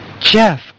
Jeff